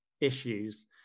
issues